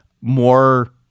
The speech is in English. more